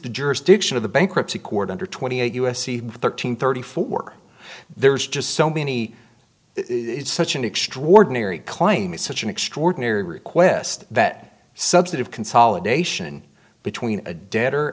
the jurisdiction of the bankruptcy court under twenty eight u s c thirteen thirty four there's just so many it's such an extraordinary claim is such an extraordinary request that subset of consolidation between a debtor